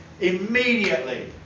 immediately